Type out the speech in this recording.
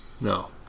No